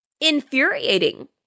infuriating